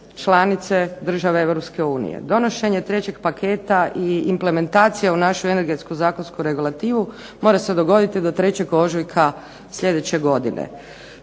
članice države Europske unije. Donošenje trećeg paketa i implementacija u našu energetsku zakonsku regulativu mora se dogoditi do 3. ožujka sljedeće godine.